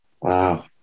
wow